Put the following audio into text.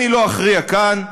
אני לא אכריע כאן,